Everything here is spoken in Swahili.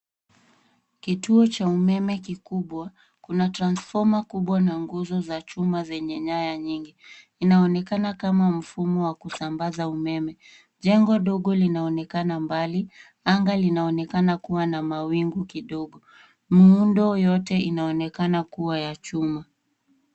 Kituo cha umeme kikubwa, kuna transformer kubwa na nguzo za chuma zenye nyaya nyingi. Inaonekana kama mfumo wa kusambaza umeme. Jengo ndogo linaonekana mbali, anga linaonekana kuwa na mawingu kidogo. Miundo yote inaonekana kuwa ya chuma.